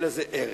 אין לזה ערך.